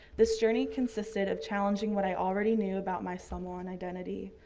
this journey consisted of challenging what i already knew about my samoan identity,